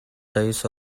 dates